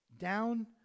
Down